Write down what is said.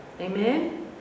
Amen